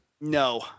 No